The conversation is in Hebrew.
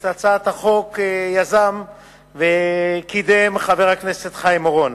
את הצעת החוק יזם וקידם חבר הכנסת חיים אורון.